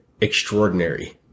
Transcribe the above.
extraordinary